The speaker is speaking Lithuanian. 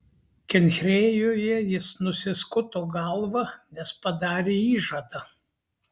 kenchrėjoje jis nusiskuto galvą nes padarė įžadą